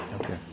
Okay